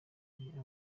muri